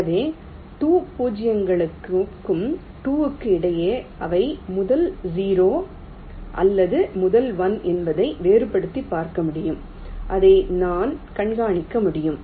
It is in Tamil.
எனவே 2 பூஜ்ஜியங்களுக்கும் 2 க்கும் இடையில் அவை முதல் 0 அல்லது முதல் 1 என்பதை வேறுபடுத்திப் பார்க்க முடியும் அதை நான் கண்காணிக்க முடியும்